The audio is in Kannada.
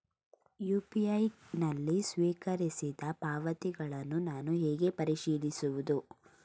ಯು.ಪಿ.ಐ ನಲ್ಲಿ ಸ್ವೀಕರಿಸಿದ ಪಾವತಿಗಳನ್ನು ನಾನು ಹೇಗೆ ಪರಿಶೀಲಿಸುವುದು?